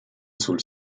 sul